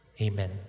amen